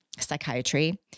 psychiatry